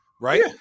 right